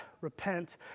repent